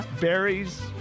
berries